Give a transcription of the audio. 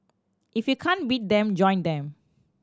if you can't beat them join them